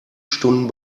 stunden